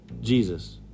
Jesus